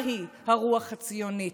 מהי הרוח הציונית,